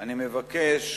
אני מבקש